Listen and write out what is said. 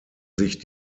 sich